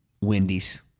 Wendy's